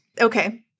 Okay